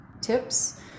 tips